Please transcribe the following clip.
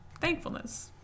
thankfulness